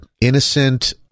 innocent